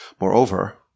Moreover